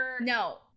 No